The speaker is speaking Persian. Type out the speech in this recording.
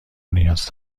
نیاز